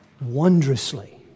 wondrously